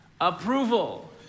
Approval